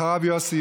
אחריו, יוסי